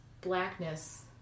blackness